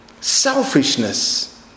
selfishness